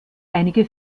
einige